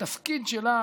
שהתפקיד שלה